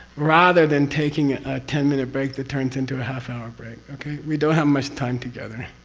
rather than taking it a ten-minute break that turns into a half-hour break. okay? we don't have much time together,